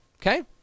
Okay